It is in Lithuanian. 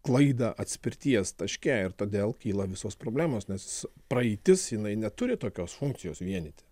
klaidą atspirties taške ir todėl kyla visos problemos nes praeitis jinai neturi tokios funkcijos vienyti